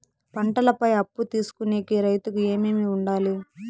పంటల పై అప్పు తీసుకొనేకి రైతుకు ఏమేమి వుండాలి?